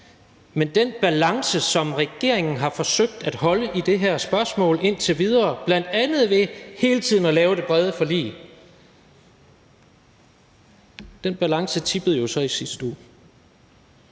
men den balance, som regeringen har forsøgt at holde i det her spørgsmål indtil videre, bl.a. ved hele tiden at lave det brede forlig, tippede jo så i sidste uge.